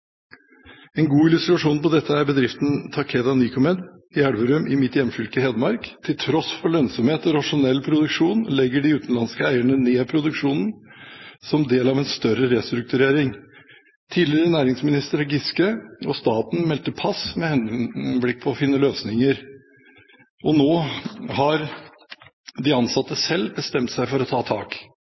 En god illustrasjon på dette er bedriften Takeda Nycomed i Elverum i mitt hjemfylke, Hedmark. Til tross for lønnsomhet og rasjonell produksjon legger de utenlandske eierne ned produksjonen, som del av en større restrukturering. Tidligere næringsminister Giske og staten meldte pass med henblikk på å finne løsninger, og nå har de ansatte selv bestemt seg for å ta tak.